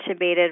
intubated